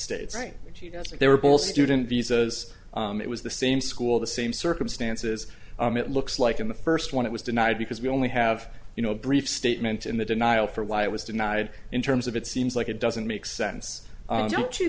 states right they were both student visas it was the same school the same circumstances it looks like in the first one it was denied because we only have you know a brief statement in the denial for why it was denied in terms of it seems like it doesn't make sense don't you